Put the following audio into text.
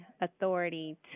authority